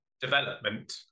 development